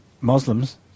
Muslims